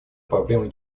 проблемы